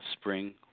spring